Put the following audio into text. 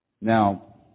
Now